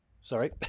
sorry